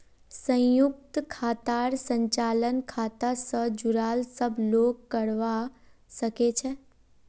संयुक्त खातार संचालन खाता स जुराल सब लोग करवा सके छै